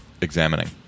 examining